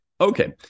Okay